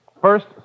First